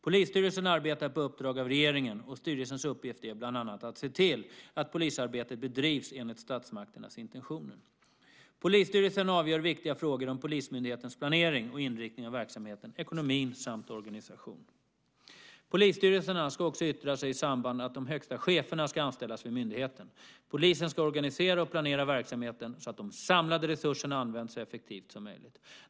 Polisstyrelsen arbetar på uppdrag av regeringen, och styrelsens uppgift är bland annat att se till att polisarbetet bedrivs enligt statsmaktens intentioner. Polisstyrelsen avgör viktiga frågor om polismyndighetens planering och inriktning av verksamheten, ekonomi samt organisation. Polisstyrelsen ska också yttra sig i samband med att de högsta cheferna ska anställas vid myndigheten. Polisen ska organisera och planera verksamheten så att de samlade resurserna används så effektivt som möjligt.